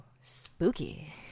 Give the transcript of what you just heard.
spooky